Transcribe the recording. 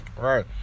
Right